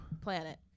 planet